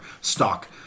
stock